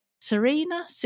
Serena